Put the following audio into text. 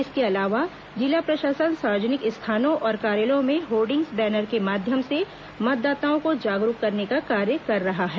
इसके अलावा जिला प्रशासन सार्वजनिक स्थानों और कार्यालयों में होर्डिंग्स बैनर के माध्यम से मतदाताओं को जागरूक करने का कार्य कर रहा है